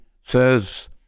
says